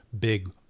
big